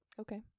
Okay